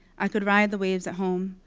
i could ride the waves at home,